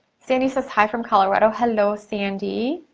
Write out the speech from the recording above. sandy says, hi, from colorado. hello, sandy.